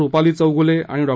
रुपाली चौगूले आणि डॉ